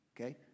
Okay